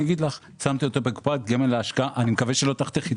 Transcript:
שמתי אותו בקופת גמל להשקעה מקווה שלא תחתכי